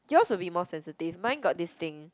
yours would be more sensitive mine got this thing